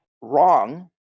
wrong